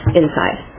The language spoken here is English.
inside